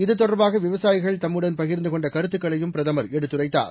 இது தொடர்பாக விவசாயிகள் தம்முடன் பகிர்ந்து கொண்ட கருத்துக்களையும் பிரதம் எடுத்துரைத்தார்